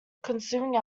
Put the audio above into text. consuming